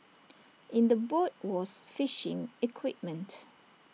in the boat was fishing equipment